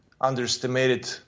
underestimated